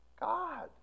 God